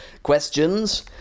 questions